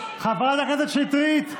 חברת הכנסת שטרית,